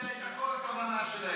זאת הייתה כל הכוונה שלהם,